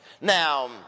Now